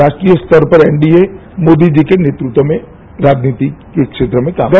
राष्ट्रीय स्तर पर एनडीए मोदी जी के नेतृत्व में राजीनतिक के क्षेत्र में काम करेगा